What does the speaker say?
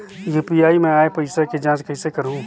UPI मा आय पइसा के जांच कइसे करहूं?